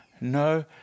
no